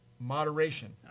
Moderation